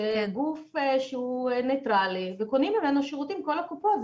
שגוף שהוא ניטרלי ופונים אליו לשירותים הללו לקוחות כל קופות החולים.